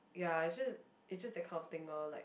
ya it's just it's just that kind of thing loh like